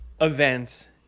events